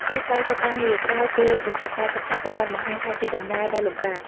ការស្វែងរកការងារ ក្រោយពេលបញ្ចប់ការសិក្សាត្រូវបានបង្ហាញថាជាដំណើរដ៏លំបាក។